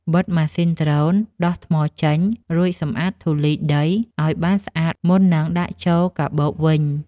បិទម៉ាស៊ីនដ្រូន ដោះថ្មចេញ រួចសម្អាតធូលីដីឱ្យបានស្អាតមុននឹងដាក់ចូលកាបូបវិញ។